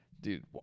dude